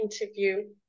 interview